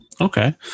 Okay